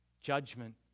Judgment